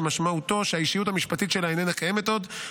שמשמעותו שהאישיות המשפטית שלה איננה קיימת עוד,